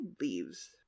leaves